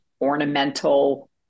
ornamental